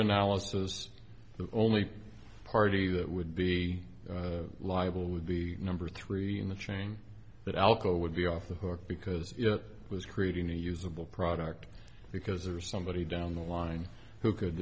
analysis the only party that would be liable would be number three in the chain that alcoa would be off the hook because it was creating a usable product because or somebody down the line who could